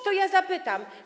To ja zapytam.